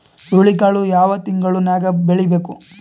ಹುರುಳಿಕಾಳು ಯಾವ ತಿಂಗಳು ನ್ಯಾಗ್ ಬೆಳಿಬೇಕು?